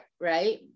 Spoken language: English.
right